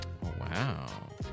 Wow